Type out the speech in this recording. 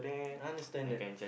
I understand that